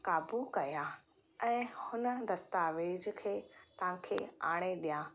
क़ाबू कयां ऐं हुन दस्तावेज़ खे तव्हांखे आणे ॾियां